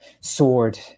sword